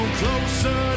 closer